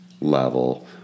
level